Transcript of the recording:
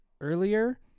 earlier